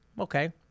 Okay